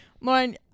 Lauren